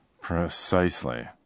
Precisely